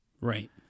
Right